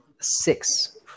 six